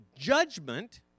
Judgment